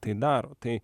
tai daro tai